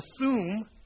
assume